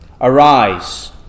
Arise